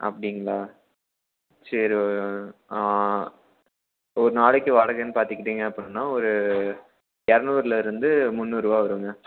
அப்படிங்களா சரி ஒரு நாளைக்கு வாடகைன்னு பார்த்துக்கிட்டிங்க அப்படின்னா ஒரு இரநூறுலருந்து முன்னூறுரூவா வருங்க